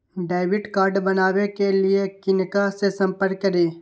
Debit card बनावे के लिए किनका से संपर्क करी?